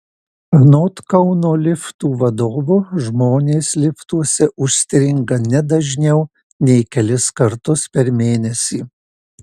anot kauno liftų vadovo žmonės liftuose užstringa ne dažniau nei kelis kartus per mėnesį